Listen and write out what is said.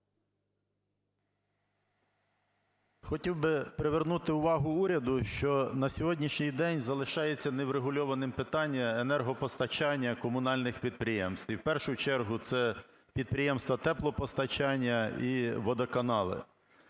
Хотів би привернути увагу уряду, що на сьогоднішній день залишається не врегульованим питання енергопостачання комунальних підприємств. І в першу чергу це підприємства теплопостачання і водоканали.